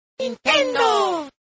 Nintendo